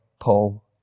Paul